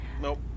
Nope